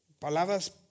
Palabras